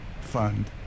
fund